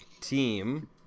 team